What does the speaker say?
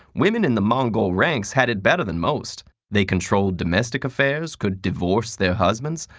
women in the mongol ranks had it better than most. they controlled domestic affairs, could divorce their husbands,